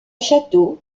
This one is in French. château